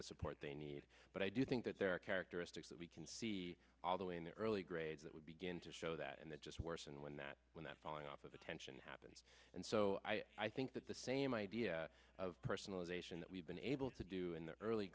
the support they need but i do think that there are characteristics that we can see although in the early grades that would begin to show that and it just worsened when that when that falling off of attention happened and so i think that the same idea of personalization that we've been able to do in the early